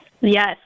Yes